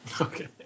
okay